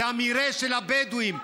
זה המרעה של הבדואים.